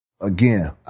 Again